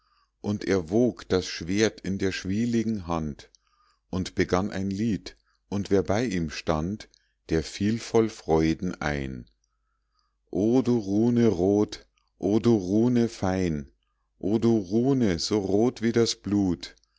und er wog das schwert in der schwieligen hand und begann ein lied und wer bei ihm stand der fiel voll freuden ein o du rune rot o du rune fein o du rune so rot wie das blut